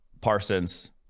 parsons